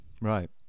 Right